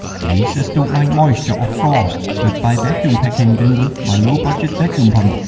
lasers don't like moisture or frost but by vacuum packing them with my low-budget vacuum pump.